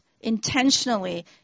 intentionally